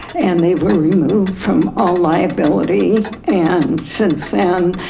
and they were removed from all liability. and since then,